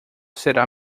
será